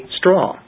straw